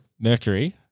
Mercury